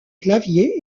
clavier